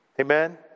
Amen